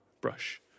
brush